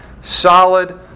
solid